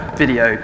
video